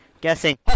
guessing